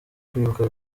kwibuka